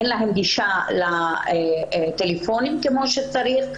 אין להן גישה לטלפונים כמו שצריך,